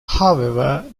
however